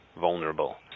vulnerable